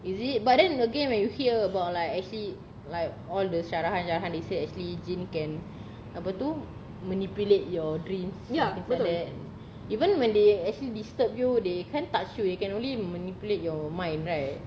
is it but then again when you hear about like I see like all the syarahan-syarahan they say actually jin can apa tu manipulate your dreams things like that even when they actually disturb you they can't touch you they can only manipulate your mind right